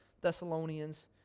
Thessalonians